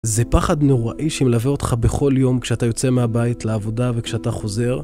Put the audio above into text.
זה פחד נוראי שמלווה אותך בכל יום כשאתה יוצא מהבית לעבודה וכשאתה חוזר